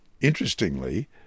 Interestingly